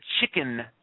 chicken